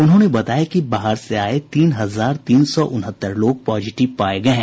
उन्होंने बताया कि बाहर से आये तीन हजार तीन सौ उनहत्तर लोग पॉजिटिव पाये गये हैं